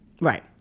Right